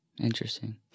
interesting